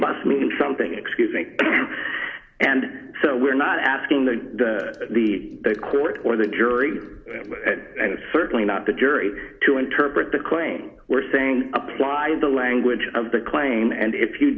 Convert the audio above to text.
must mean something excusing and so we're not asking the the court or the jury and certainly not the jury to interpret the claim we're saying apply the language of the claim and if you